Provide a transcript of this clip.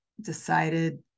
decided